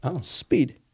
Speed